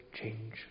change